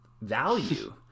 value